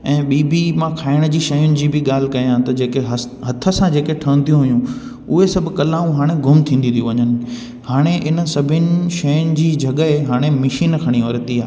ऐं ॿी बि मां खाइण जी शयूं जेकी ॻाल्हि कयां त जेके हस्त हथ सां जेके ठहंदियूं हुयूं उहो सभु कलाऊं हाणे गुमु थींदियूं थी वञनि हाणे इन सभिनि शइनि जी जॻहि हाणे मशीन खणी वरिती आहे